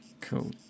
Cool